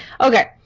okay